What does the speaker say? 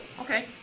Okay